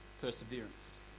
perseverance